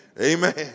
Amen